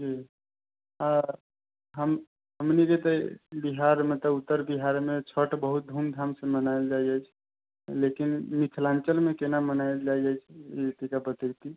जी हँ हमनीके बिहारमे तऽ उत्तर बिहारमे छठि बहुत धूमधाम मनाएल जाइ अछि लेकिन मिथिलाञ्चलमे केना मनाएल जाइ अछि जी तनिका बतैती